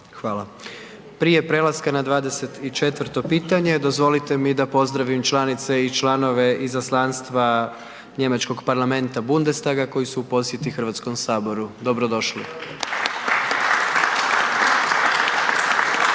lijepa. Prije prelaska na 24. pitanje dozvolite mi da pozdravim članice i članove Izaslanstva njemačkog parlamenta Bundestaga koji su u posjeti Hrvatskom saboru. Dobrodošli.